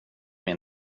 mig